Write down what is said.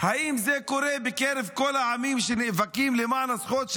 האם זה קורה בקרב כל העמים שנאבקים למען הזכויות שלהם,